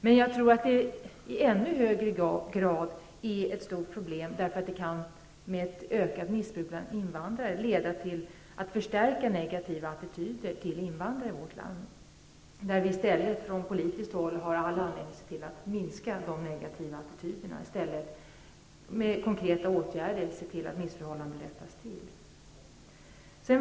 Men i ännu högre grad är det här, tror jag, också ett stort problem med tanke på att ett ökat missbruk bland invandrare kan leda till att negativa attityder till invandrare i vårt land förstärks. Från politiskt håll har vi ju i stället all anledning att se till att sådana negativa attityder minskar i omfattning. Vi får vidta konkreta åtgärder, som syftar till att komma till rätta med missförhållandena.